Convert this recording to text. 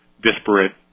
disparate